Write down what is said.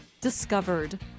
discovered